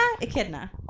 Echidna